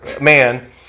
man